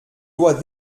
loi